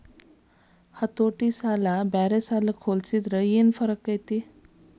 ಹತೋಟಿ ಸಾಲನ ಬ್ಯಾರೆ ಸಾಲಕ್ಕ ಹೊಲ್ಸಿದ್ರ ಯೆನ್ ಫರ್ಕೈತಿ?